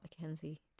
Mackenzie